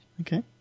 Okay